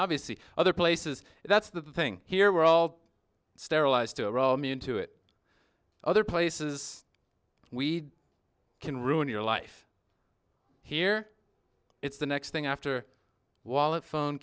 obviously other places and that's the thing here we're all sterilised to roll me into it other places we can ruin your life here it's the next thing after wallet phone